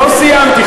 לא סיימתי.